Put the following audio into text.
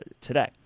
today